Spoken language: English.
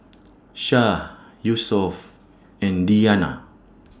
Shah Yusuf and Diyana